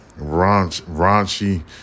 raunchy